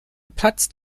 platzt